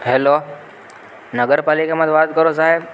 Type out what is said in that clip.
hello નગરપાલિકામાંથી વાત કરો સાહેબ